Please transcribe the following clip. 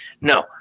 No